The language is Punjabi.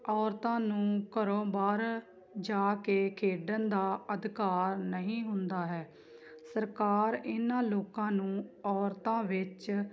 ਔਰਤਾਂ ਨੂੰ ਘਰੋਂ ਬਾਹਰ ਜਾ ਕੇ ਖੇਡਣ ਦਾ ਅਧਿਕਾਰ ਨਹੀਂ ਹੁੰਦਾ ਹੈ ਸਰਕਾਰ ਇਹਨਾਂ ਲੋਕਾਂ ਨੂੰ ਔਰਤਾਂ ਵਿੱਚ